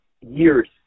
years